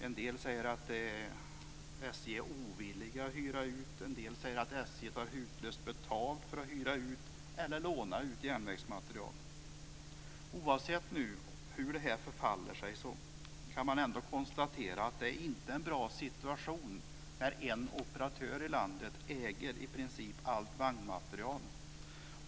En del säger att SJ är ovilliga att hyra ut, en del säger att SJ tar hutlöst betalt för att hyra ut eller låna ut järnvägsmaterial. Oavsett hur det förhåller sig kan man ändå konstatera att det inte är en bra situation när en operatör i landet i princip äger allt vagnmaterial.